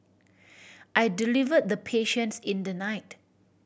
I deliver the patients in the night